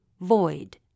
void